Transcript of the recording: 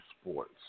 sports